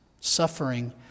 suffering